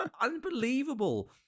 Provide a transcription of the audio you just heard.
unbelievable